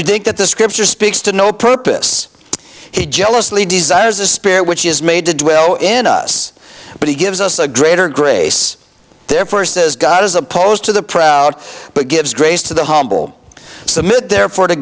you think that the scripture speaks to no purpose he jealously desire as a spare which is made to dwell in us but he gives us a greater grace to first says god as opposed to the proud but gives grace to the humble submit therefore to